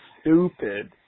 stupid